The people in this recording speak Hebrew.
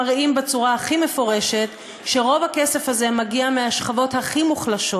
מראים בצורה הכי מפורשת שרוב הכסף הזה מגיע מהשכבות הכי מוחלשות,